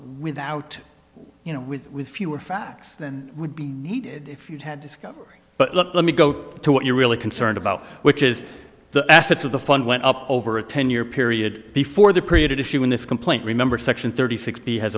without you know with fewer facts than would be needed if you had discovery but let me go to what you're really concerned about which is the essence of the fund went up over a ten year period before the period issue in this complaint remember section thirty six b has